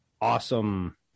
awesome